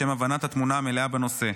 לשם הבנת התמונה המלאה בנושא.